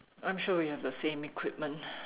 I'm sure we have the same equipment